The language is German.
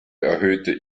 erhöhte